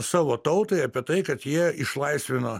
savo tautai apie tai kad jie išlaisvino